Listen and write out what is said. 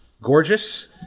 gorgeous